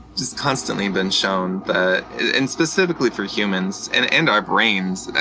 just constantly been shown that and specifically for humans and and our brains,